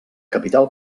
capital